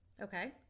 Okay